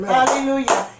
Hallelujah